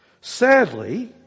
Sadly